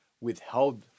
withheld